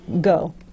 go